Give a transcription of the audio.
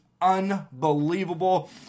unbelievable